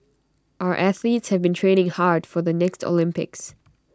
our athletes have been training hard for the next Olympics